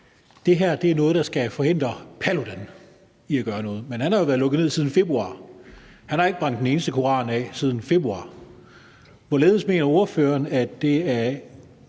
det her er noget, der skal forhindre Paludan i at gøre noget, men han har jo været lukket ned siden februar. Han har ikke brændt en eneste koran af siden februar. Hvorledes mener ordføreren at det er